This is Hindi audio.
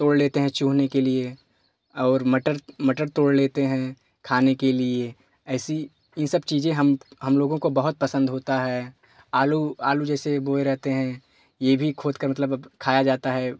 तोड़ लेते हैं छोड़ने के लिए और मटर मटर तोड़ लेते हैं खाने के लिए ऐसी ई सब चीज़ें हम हम लोगों को बहुत पसंद होता है यह भी खोदकर मतलब खाया जाता है